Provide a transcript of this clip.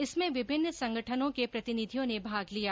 इसमें विभिन्न संगठनों की प्रतिनिधियों ने भाग लिया